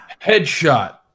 Headshot